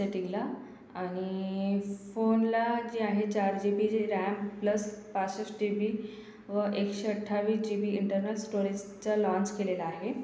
सेटिंगला आणि फोनला जे आहे चार जीबीजी रॅम प्लस पासष्ट टी बी व एकशे अठ्ठावीस जी बी इंटर्नल स्टोरेजचा लॉन्च केलेला आहे